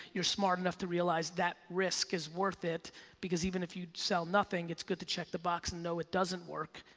you're smart enough to realize that risk is worth it because even if you sell nothing, it's good to check the box to and know it doesn't work.